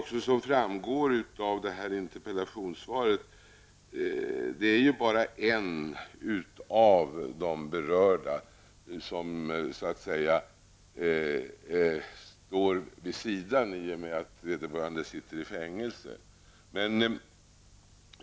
Som framgår av interpellationssvaret står bara en av de berörda så att säga vid sidan om, eftersom han sitter i fängelse.